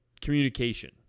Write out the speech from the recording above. communication